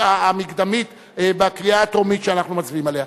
המקדמית בקריאה הטרומית שאנחנו מצביעים עליה.